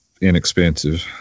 inexpensive